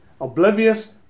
Oblivious